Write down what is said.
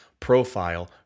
profile